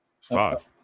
Five